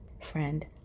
Friend